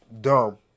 dumb